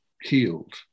healed